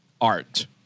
art